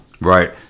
right